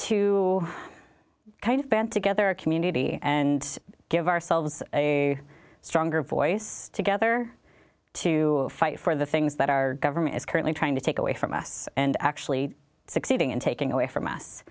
to kind of band together a community and give ourselves a stronger voice together to fight for the things that our government is currently trying to take away from us and actually succeeding in taking away from us